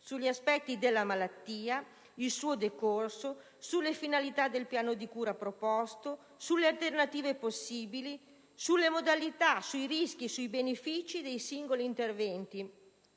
sugli aspetti della malattia, sul suo decorso, sulle finalità del piano di cura proposto, sulle alternative possibili, sulle modalità, sui rischi e sui benefici dei singoli interventi,